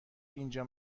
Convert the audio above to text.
اینجا